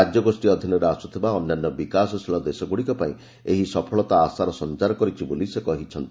ରାଜ୍ୟଗୋଷୀ ଅଧୀନରେ ଆସ୍ରଥିବା ଅନ୍ୟାନ୍ୟ ବିକାଶଶୀଳ ଦେଶଗୁଡ଼ିକପାଇଁ ଏହି ସଫଳତା ଆଶାର ସଞ୍ଚାର କରିଛି ବୋଲି ସେ କହିଛନ୍ତି